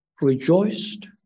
rejoiced